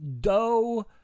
dough